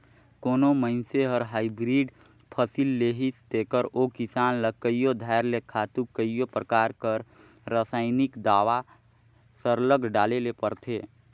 कोनो मइनसे हर हाईब्रिड फसिल लेहिस तेकर ओ किसान ल कइयो धाएर ले खातू कइयो परकार कर रसइनिक दावा सरलग डाले ले परथे